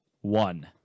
One